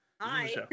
Hi